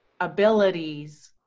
abilities